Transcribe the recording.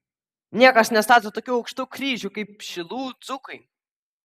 niekas nestato tokių aukštų kryžių kaip šilų dzūkai